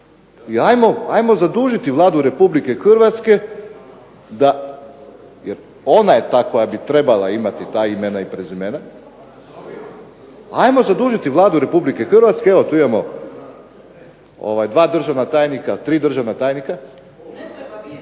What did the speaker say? I ajmo zadužiti Vladu Republike Hrvatske da, jer ona je ta koja bi trebala imati ta imena i prezimena. Ajmo zadužiti Vladu Republike Hrvatske, evo tu imamo dva državna tajnika, tri državna tajnika. Ajmo zadužiti,